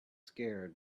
scared